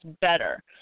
better